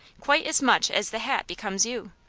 quite as much as the hat becomes you.